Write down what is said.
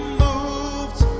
moved